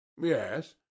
Yes